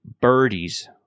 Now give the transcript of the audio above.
birdies